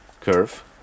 curve